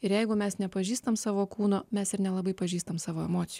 ir jeigu mes nepažįstam savo kūno mes ir nelabai pažįstame savo emocijų